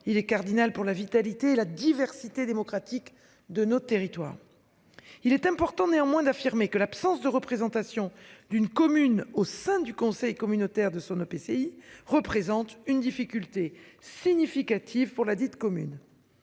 il est cardinal pour la vitalité et la diversité démocratique de nos territoires. Il est important néanmoins d'affirmer que l'absence de représentation d'une commune au sein du conseil communautaire de son EPCI représente une difficulté significative pour la dite commune.